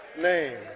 name